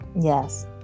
Yes